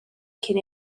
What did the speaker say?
cyn